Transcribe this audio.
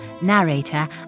narrator